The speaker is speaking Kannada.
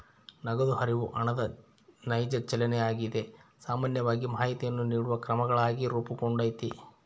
ನಗದು ಹರಿವು ಹಣದ ನೈಜ ಚಲನೆಯಾಗಿದೆ ಸಾಮಾನ್ಯವಾಗಿ ಮಾಹಿತಿಯನ್ನು ನೀಡುವ ಕ್ರಮಗಳಾಗಿ ರೂಪುಗೊಂಡೈತಿ